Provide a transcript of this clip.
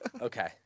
Okay